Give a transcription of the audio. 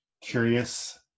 curious